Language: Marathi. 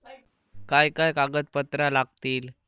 काय काय कागदपत्रा लागतील?